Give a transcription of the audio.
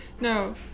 No